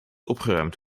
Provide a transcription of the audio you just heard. opgeruimd